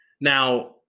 Now